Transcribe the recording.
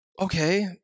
okay